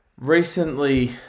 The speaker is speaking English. Recently